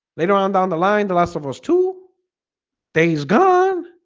later on down the line the last of those two things gone